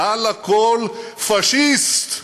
מעל הכול, פאשיסט.